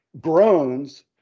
groans